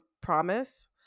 Promise